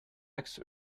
axe